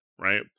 right